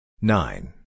Nine